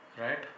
right